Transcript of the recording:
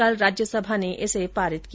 कल राज्यसभा ने इसे पारित किया